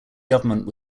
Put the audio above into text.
government